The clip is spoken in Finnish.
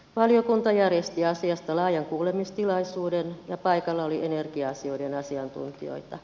valiokunta järjesti asiasta laajan kuulemistilaisuuden ja paikalla oli energia asioiden asiantuntijoita